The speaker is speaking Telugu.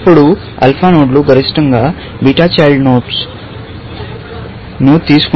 అప్పుడు ఆల్ఫా నోడ్లు గరిష్టంగా బీటా చైల్డ్ నోడ్స్ ను తీసుకుంటాయి